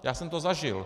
Já jsem to zažil.